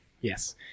Yes